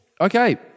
okay